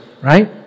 right